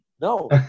No